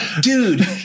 dude